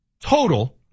total